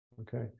Okay